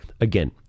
Again